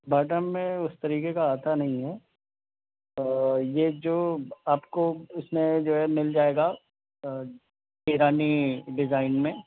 Bata میں اُس طریقے کا آتا نہیں ہے آ یہ جو آپ کو اِس میں جو ہے مِل جائے گا ایرانی ڈیزائن میں